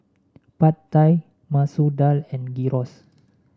Pad Thai Masoor Dal and Gyros